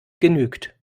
genügt